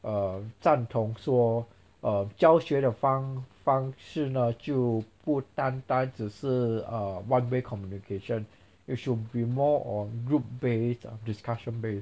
um 赞同说 um 教学的方方式呢就不单单只是 err one way communication it should be more on group based discussion based